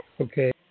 Okay